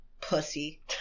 pussy